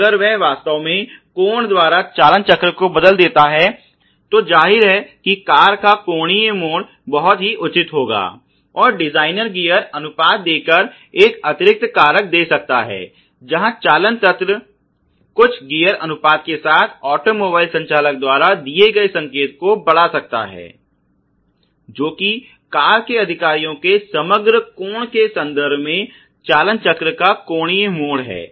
अब अगर वह वास्तव में कोण द्वारा चालनचक्र को बदल देता है तो जाहिर है कि कार का कोणीय मोड़ बहुत ही उचित होगा और डिजाइनर गियर अनुपात देकर एक अतिरिक्त कारक दे सकता है जहां चालन तंत्र कुछ गियर अनुपात के साथ ऑटोमोबाइल संचालक द्वारा दिए गए संकेत को बढ़ा सकता है जो कि कार के अधिकारियों के समग्र कोण के संदर्भ में चालनचक्र का कोणीय मोड़ है